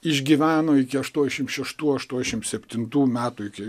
išgyveno iki aštuoniasdešimt šeštų aštuoniasdešimt septintų metų iki